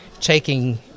taking